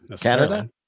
canada